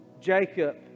Jacob